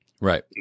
right